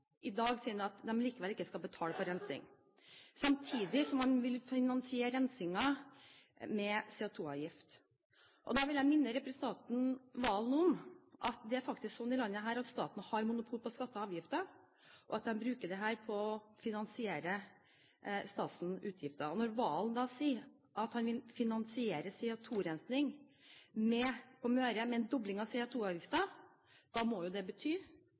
i dag at staten likevel ikke skal betale for rensing, samtidig som han vil finansiere rensingen med CO2-avgift. Da vil jeg minne representanten Serigstad Valen om at det faktisk er sånn i dette landet at staten har monopol på skatter og avgifter, og at de bruker dette på å finansiere statens utgifter. Når Serigstad Valen da sier at han vil finansiere CO2-rensing på Møre med en dobling av CO2-avgiften, må det bety